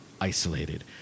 isolated